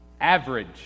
Average